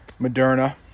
Moderna